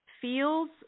feels